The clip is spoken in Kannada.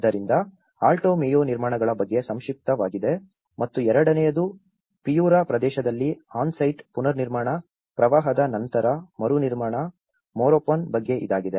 ಆದ್ದರಿಂದ ಆಲ್ಟೊ ಮೇಯೊ ನಿರ್ಮಾಣಗಳ ಬಗ್ಗೆ ಸಂಕ್ಷಿಪ್ತವಾಗಿದೆ ಮತ್ತು ಎರಡನೆಯದು ಪಿಯುರಾ ಪ್ರದೇಶದಲ್ಲಿ ಆನ್ ಸೈಟ್ ಪುನರ್ನಿರ್ಮಾಣ ಪ್ರವಾಹದ ನಂತರದ ಮರುನಿರ್ಮಾಣ ಮೊರೊಪಾನ್ ಬಗ್ಗೆ ಇದಾಗಿದೆ